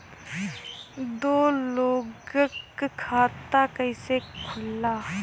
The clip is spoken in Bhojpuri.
दो लोगक खाता कइसे खुल्ला?